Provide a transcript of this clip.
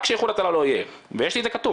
רק שאיחוד והצלה לא יהיה ויש לי את זה כתוב,